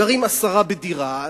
גרים עשרה בדירה,